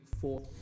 four